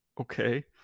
okay